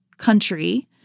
Country